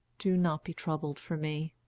do not be troubled for me,